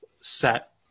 set